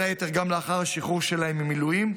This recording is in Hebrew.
היתר גם לאחר השחרור שלהם ממילואים?